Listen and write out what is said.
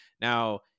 Now